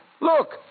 Look